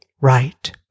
right